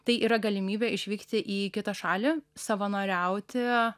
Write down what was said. tai yra galimybė išvykti į kitą šalį savanoriauti